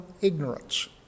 ignorance